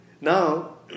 Now